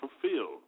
fulfilled